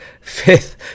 fifth